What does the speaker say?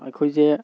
ꯑꯩꯈꯣꯏꯁꯦ